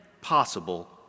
possible